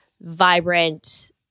vibrant